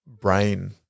brain